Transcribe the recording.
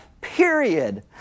Period